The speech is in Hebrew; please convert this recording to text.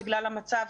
בגלל המצב,